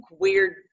weird